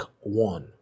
one